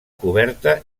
coberta